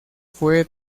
fue